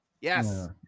Yes